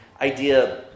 idea